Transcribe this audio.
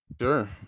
Sure